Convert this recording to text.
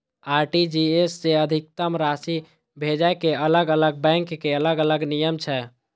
RTGS सं अधिकतम राशि भेजै के अलग अलग बैंक के अलग अलग नियम छै